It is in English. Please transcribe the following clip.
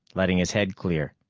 letting his head clear.